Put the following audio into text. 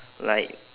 like